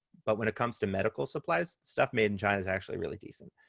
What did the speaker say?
but when it comes to medical supplies, stuff made in china is actually really decent.